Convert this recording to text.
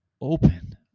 open